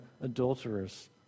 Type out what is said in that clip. adulterers